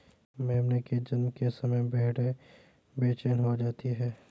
मेमने के जन्म के समय भेड़ें बेचैन हो जाती हैं